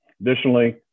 Additionally